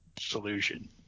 solution